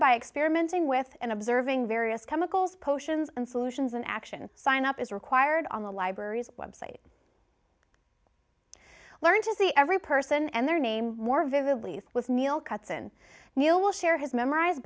by experimenting with and observing various chemicals potions and solutions in action sign up is required on the library's website learn to see every person and their name more vividly with neil cuts in new will share his memorize